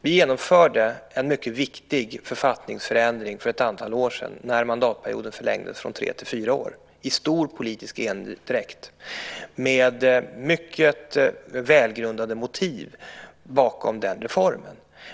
Vi genomförde en mycket viktig författningsförändring för ett antal år sedan, när mandatperioden förlängdes från tre till fyra år, i stor politisk endräkt och med mycket välgrundade motiv bakom reformen.